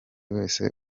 wese